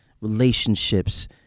relationships